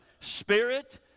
spirit